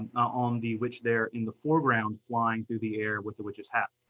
on the witch there in the foreground, flying through the air with the witch's hat.